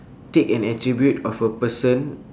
take an attribute of a person